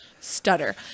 Stutter